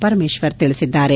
ಪರಮೇಶ್ವರ್ ತಿಳಿಸಿದ್ದಾರೆ